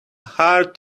heart